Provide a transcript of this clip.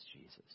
Jesus